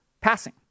passing